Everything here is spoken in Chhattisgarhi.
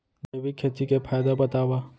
जैविक खेती के फायदा बतावा?